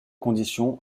conditions